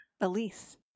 Elise